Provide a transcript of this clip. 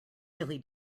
really